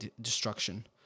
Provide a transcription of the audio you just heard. destruction